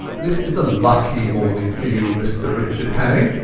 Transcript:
this is a lucky morning for you, mr richard hannay